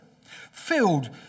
filled